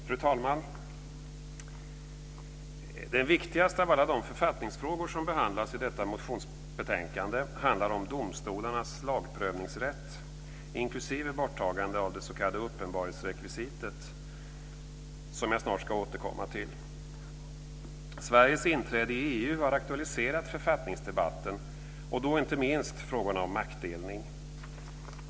Fru talman! Den viktigaste av alla de författningsfrågor som behandlas i detta motionsbetänkande handlar om domstolarnas lagprövningsrätt, inklusive borttagande av det s.k. uppenbarhetsrekvisitet, som jag snart ska återkomma till. Sveriges inträde i EU har aktualiserat författningsdebatten och då inte minst frågorna om maktdelning.